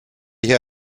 hier